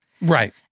Right